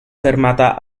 fermata